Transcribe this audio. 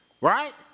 right